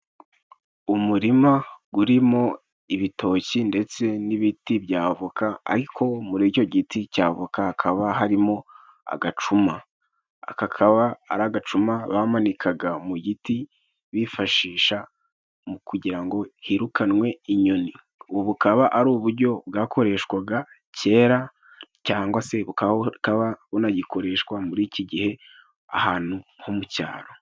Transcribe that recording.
Umurima urimo ibitoki ndetse n'ibiti by'avoka, ariko muri icyo giti cy'avoka hakaba harimo agacuma. Kakaba ari agacuma bamanika mu giti bifashisha mu kugira ngo hirukanwe inyoni. Ubu bukaba ari uburyo bwakoreshwaga kera cyangwa se bukaba bunagikoreshwa muri iki gihe ahantu ho mu cyaro.